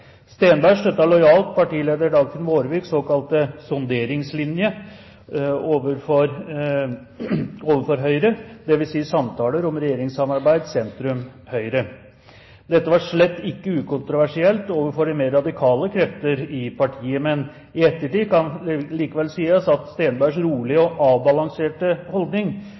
lojalt partileder Dagfinn Vårviks såkalte sonderingslinje overfor Høyre, dvs. samtaler om regjeringssamarbeid sentrum–Høyre. Dette var slett ikke ukontroversielt overfor de mer radikale krefter i partiet. Men i ettertid kan det likevel sies at Steenbergs rolige og avbalanserte holdning,